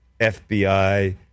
FBI